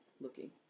looking